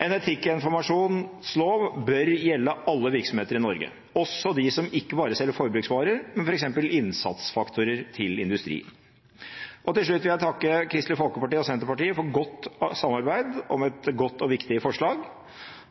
En etikkinformasjonslov bør gjelde alle virksomheter i Norge, også de som ikke bare selger forbruksvarer, men f.eks. innsatsfaktorer til industri. Til slutt vil jeg takke Kristelig Folkeparti og Senterpartiet for godt samarbeid om et godt og viktig forslag.